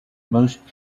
most